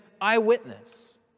eyewitness